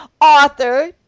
author